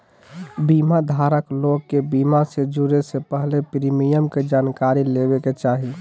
बीमा धारक लोग के बीमा से जुड़े से पहले प्रीमियम के जानकारी लेबे के चाही